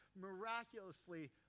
miraculously